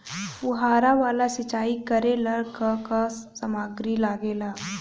फ़ुहारा वाला सिचाई करे लर का का समाग्री लागे ला?